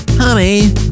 Honey